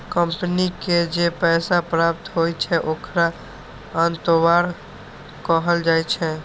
company के जे पैसा प्राप्त होइ छै, ओखरा अंतर्वाह कहल जाइ छै